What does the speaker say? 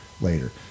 later